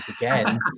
again